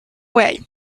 way